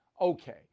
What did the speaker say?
Okay